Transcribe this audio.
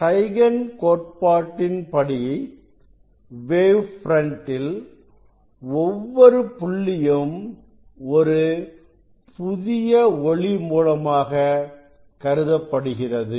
eigen கோட்பாட்டின்படி wave front இல் ஒவ்வொரு புள்ளியும் ஒரு புதிய ஒளி மூலமாக கருதப்படுகிறது